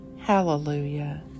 Hallelujah